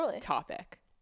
topic